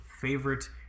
favorite